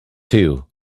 two